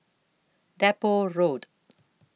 Depot Road